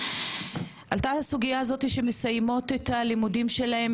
עלתה הסוגייה הזאתי שהן מסיימות את הלימודים שלהם,